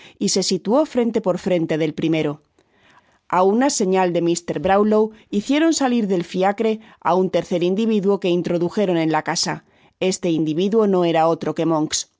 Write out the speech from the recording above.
y se situó frente por frente del primero a una señal de mr brownlow hicieron salir del fiaere á un tercer individuo que introdujeron en la casa este individuo no era otro que monks los